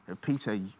Peter